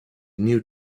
new